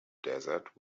desert